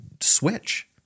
switch